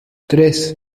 tres